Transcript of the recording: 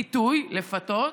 פיתוי, לפתות,